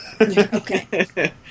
Okay